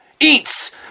eats